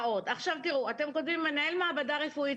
אתם כותבים: מנהל מעבדה רפואית,